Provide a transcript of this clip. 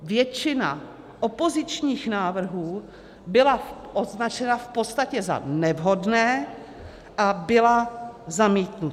Většina opozičních návrhů byla označena v podstatě za nevhodné a byla zamítnuta.